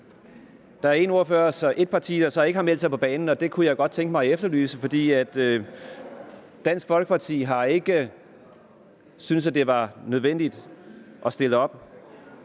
Men der er et parti, der ikke har meldt sig på banen, og det kunne jeg godt tænke mig at efterlyse at de gjorde, for Dansk Folkeparti har ikke syntes, at det var nødvendigt at stille op.